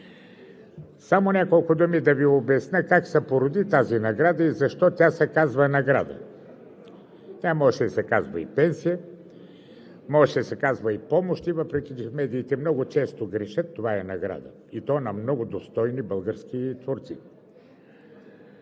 това нещо. Да Ви обясня как се породи тази награда и защо тя се казва награда. Тя можеше да се казва и пенсия, можеше да се казва и помощи, въпреки че медиите много често грешат – това е награда, и то на много достойни български творци.